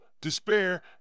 despair